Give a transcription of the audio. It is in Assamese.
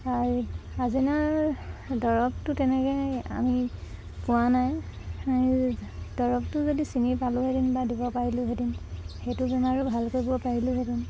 আচিনাৰ দৰৱটো তেনেকৈ আমি পোৱা নাই দৰৱটো যদি চিনি পালোঁহেঁতেন বা দিব পাৰিলোঁহেঁতেন সেইটো বেমাৰো ভাল কৰিব পাৰিলোঁহেঁতেন